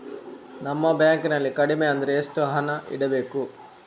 ನಮ್ಮ ಬ್ಯಾಂಕ್ ನಲ್ಲಿ ಕಡಿಮೆ ಅಂದ್ರೆ ಎಷ್ಟು ಹಣ ಇಡಬೇಕು?